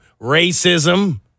racism